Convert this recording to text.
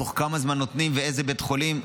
תוך כמה זמן נותנים ולאיזה בית חולים.